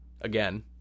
again